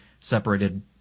separated